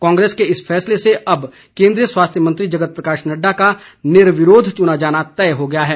Congress party के इस फैसले से अब केन्द्रीय स्वास्थ्य मंत्री जगत प्रकाश नड्डा का निर्विरोध चुना जाना तय हो गया है